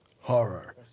Horror